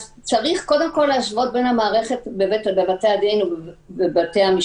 אז צריך קודם כל להשוות בין המערכת של בתי-הדין ושל בתי-המשפט.